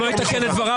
הוא לא יתקן את דבריו,